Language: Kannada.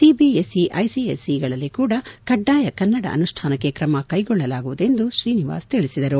ಸಿಬಿಎಸ್ ಸಿ ಐಸಿಎಸ್ ಸಿಗಳಲ್ಲಿ ಕೂಡಾ ಕಡ್ಡಾಯ ಕನ್ನಡ ಅನುಷ್ಠಾನಕ್ಕೆ ಕ್ರಮ ಕೈಗೊಳ್ಳಲಾಗುವುದು ಎಂದು ಶ್ರೀನಿವಾಸ್ ತಿಳಿಸಿದರು